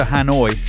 Hanoi